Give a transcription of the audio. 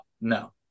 no